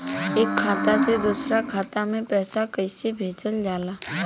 एक खाता से दूसरा खाता में पैसा कइसे भेजल जाला?